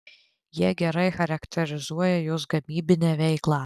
jie gerai charakterizuoja jos gamybinę veiklą